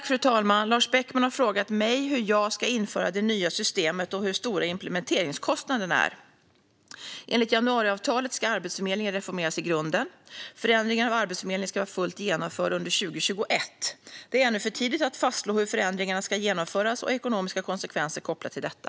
Fru talman! Lars Beckman har frågat mig hur jag ska införa det nya systemet och hur stora implementeringskostnaderna är. Enligt januariavtalet ska Arbetsförmedlingen reformeras i grunden. Förändringen av Arbetsförmedlingen ska vara fullt genomförd under 2021. Det är ännu för tidigt att fastslå hur förändringarna ska genomföras och ekonomiska konsekvenser kopplade till detta.